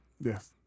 Yes